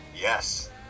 Yes